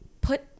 put